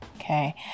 okay